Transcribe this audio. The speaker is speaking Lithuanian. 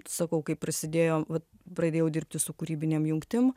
sakau kai prasidėjo vat pradėjau dirbti su kūrybinėm jungtim